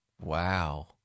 Wow